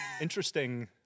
interesting